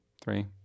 Three